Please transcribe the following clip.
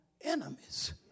enemies